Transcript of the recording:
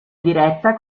diretta